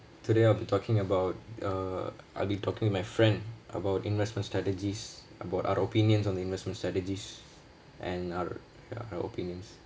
today I'll be talking about uh I'll be talking to my friend about investment strategies about our opinions on the investment strategies and our ya our opinions